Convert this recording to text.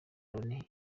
loni